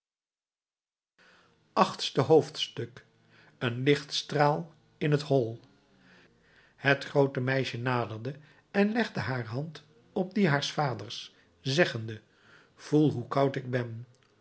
achtste hoofdstuk een lichtstraal in het hol het groote meisje naderde en legde haar hand op die haars vaders zeggende voel hoe koud ik ben